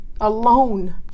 alone